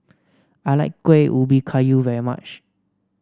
I like Kueh Ubi Kayu very much